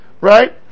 right